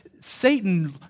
Satan